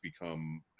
become